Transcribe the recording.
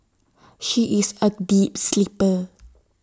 she is A deep sleeper